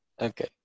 Okay